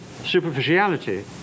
superficiality